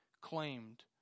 claimed